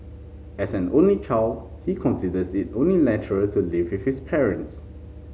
as an only child he considers it only natural to live with his parents